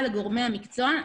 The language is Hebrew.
לגורמי המקצוע.